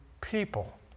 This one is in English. people